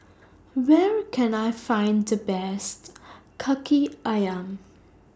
Where Can I Find The Best Kaki Ayam